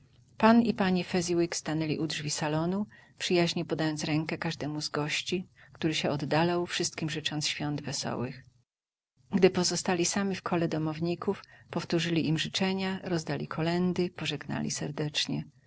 pan i pani fezziwig stanęli u drzwi salonu przyjaźnie podając rękę każdemu z gości który się oddalał wszystkim życząc świąt wesołych gdy pozostali sami w kole domowników powtórzyli im życzenia rozdali kolędy pożegnali serdecznie